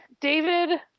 David